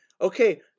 okay